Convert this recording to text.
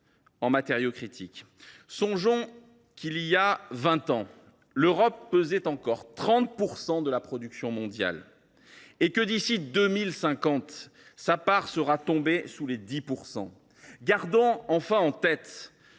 en matériaux critiques. Songeons ainsi qu’il y a vingt ans l’Europe pesait encore 30 % de la production mondiale, alors que, d’ici à 2050, sa part sera tombée sous les 10 %. Gardons enfin en tête